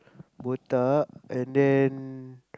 botak and then